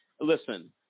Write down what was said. listen